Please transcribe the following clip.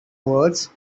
words